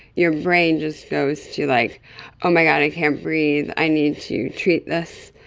your brain just goes to, like oh my god, i can't breathe, i need to treat this.